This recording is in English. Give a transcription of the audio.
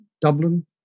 Dublin